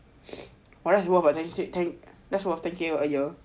!wah! that's worth I think that's like ten K a year